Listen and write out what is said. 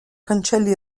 cancelli